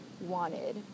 wanted